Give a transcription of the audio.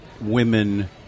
women